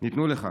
ניתנו לך